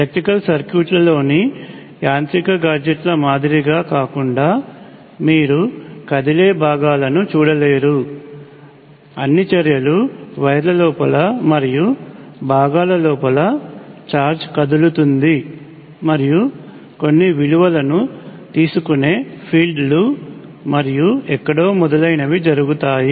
electrical సర్క్యూట్లోని యాంత్రిక గాడ్జెట్ల మాదిరిగా కాకుండా మీరు కదిలే భాగాలను చూడలేరు అన్ని చర్యలు వైర్ల లోపల మరియు భాగాల లోపల ఛార్జ్ కదులుతుంది మరియు కొన్ని విలువలను తీసుకునే ఫీల్డ్లు మరియు ఎక్కడో మొదలైనవి జరుగుతాయి